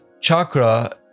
chakra